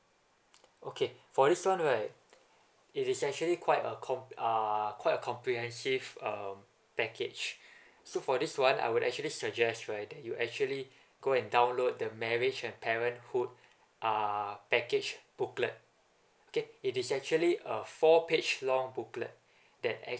okay for this one right it is actually quite a com uh quite a comprehensive um package so for this one I would actually suggest right you actually go and download their marriage and parenthood uh package booklet okay it is actually a four page long booklet that and